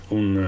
un